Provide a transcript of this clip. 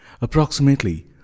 Approximately